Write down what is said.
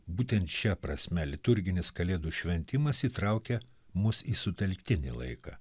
būtent šia prasme liturginis kalėdų šventimas įtraukia mus į sutelktinį laiką